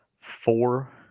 four